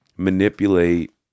manipulate